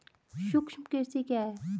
सूक्ष्म कृषि क्या है?